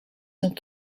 ont